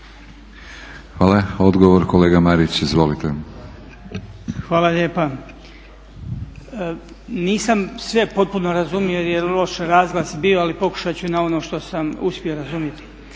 Hvala odgovor kolega Marić. Izvolite. **Marić, Goran (HDZ)** Hvala lijepa. Nisam sve potpuno razumio jer je loš razglas bio ali pokušati ću na ono što sam uspio razumjeti.